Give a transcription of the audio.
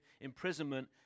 imprisonment